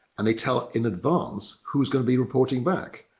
and they tell in advance who is going to be reporting back.